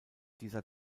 dieser